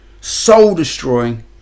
soul-destroying